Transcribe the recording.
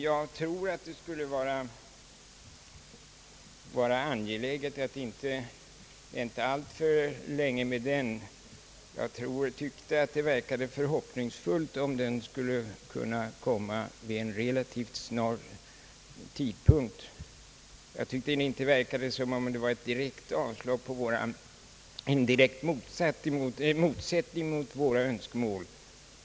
Jag tror att det skulle vara angeläget att inte dröja alltför länge med en sådan utredning. Jag tyckte att det verkade som om det fanns vissa förhoppningar om att utredningen skulle kunna påbörjas relativt snart, och jag tyckte att det verkade som om det inte rådde några direkta motsättningar mellan våra önskemål.